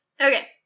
Okay